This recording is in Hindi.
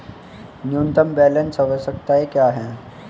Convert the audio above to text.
न्यूनतम बैलेंस आवश्यकताएं क्या हैं?